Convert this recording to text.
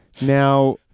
Now